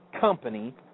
company